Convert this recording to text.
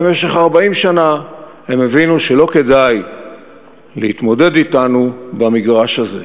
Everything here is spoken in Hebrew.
במשך 40 שנה הם הבינו שלא כדאי להתמודד אתנו במגרש הזה.